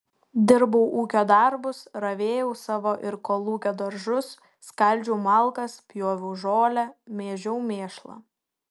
dirbau ūkio darbus ravėjau savo ir kolūkio daržus skaldžiau malkas pjoviau žolę mėžiau mėšlą